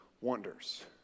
wonders